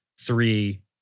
three